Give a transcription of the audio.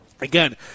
Again